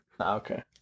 Okay